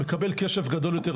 מקבל קשב גדול יותר,